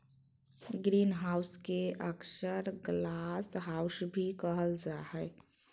greenhouse के अक्सर glasshouse भी कहल जा हइ